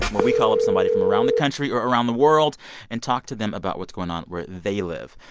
where we call up somebody from around the country or around the world and talk to them about what's going on where they live.